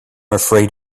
afraid